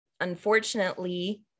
unfortunately